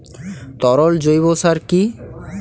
তরল জৈব সার কি?